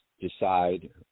decide